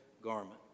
garment